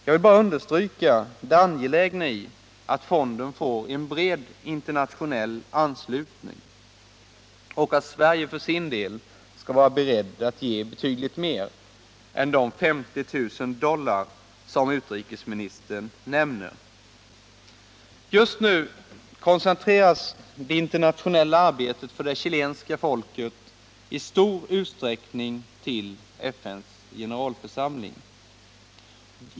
Jag vill bara understryka det angelägna i att fonden får en bred internationell anslutning och att Sverige för sin del skall vara berett att ge betydligt mer än de 50 000 dollar, som utrikesministern nämner. Just nu koncentreras det internationella arbetet för det chilenska folket i Nr 50 stor utsträckning till FN:s generalförsamling.